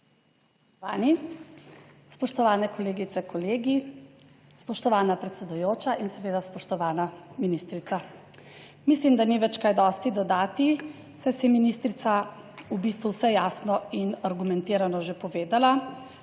Spoštovani! Spoštovane kolegice, kolegi, spoštovana predsedujoča in seveda spoštovana ministrica. Mislim, da ni več kaj dosti dodati, saj si ministrica, v bistvu vse jasno in argumentirano že povedala,